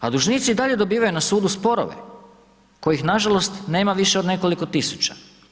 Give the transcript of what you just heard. A dužnici i dalje dobivaju na sudu sporove kojih nažalost nema više od nekoliko tisuća.